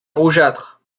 rougeâtres